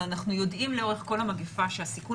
אבל אנחנו יודעים לאורך כל המגפה שהסיכון